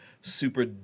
super